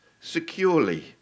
securely